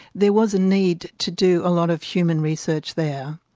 there was a need to do a lot of human research there.